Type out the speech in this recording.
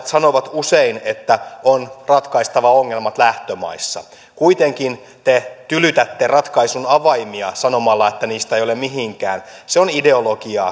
sanovat usein että on ratkaistava ongelmat lähtömaissa kuitenkin te tylytätte ratkaisun avaimia sanomalla että niistä ei ole mihinkään se on ideo logiaa